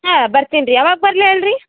ಹಾಂ ಬರ್ತೀನಿ ರೀ ಯಾವಾಗ ಬರ್ಲಿ ಹೇಳ್ರಿ